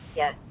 yes